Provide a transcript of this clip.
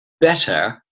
better